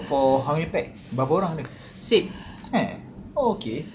for how many pack berapa orang dia eh okay